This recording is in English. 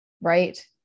right